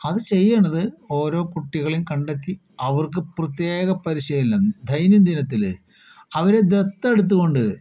അത് ചെയ്യേണ്ടത് ഓരോ കുട്ടികളേയും കണ്ടെത്തി അവർക്ക് പ്രത്യേക പരിശീലനം ദൈനംദിനത്തില് അവരെ ദത്തെടുത്ത് കൊണ്ട്